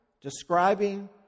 describing